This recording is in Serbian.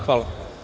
Hvala.